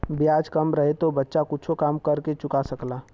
ब्याज कम रहे तो बच्चा कुच्छो काम कर के चुका सकला